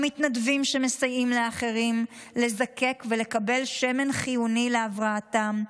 המתנדבים שמסייעים לאחרים לזקק ולקבל שמן חיוני להבראתם,